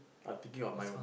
I'm thinking of my